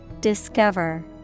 Discover